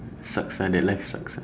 sucks ah that life sucks ah